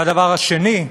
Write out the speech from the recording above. האחרת,